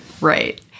Right